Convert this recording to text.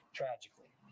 tragically